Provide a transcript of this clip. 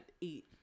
eat